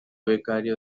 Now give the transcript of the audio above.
becario